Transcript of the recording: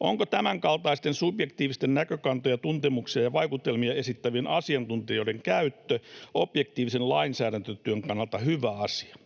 Onko tämänkaltaisten subjektiivisia näkökantoja ja tuntemuksia ja vaikutelmia esittävien asiantuntijoiden käyttö objektiivisen lainsäädäntötyön kannalta hyvä asia?